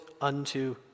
unto